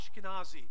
Ashkenazi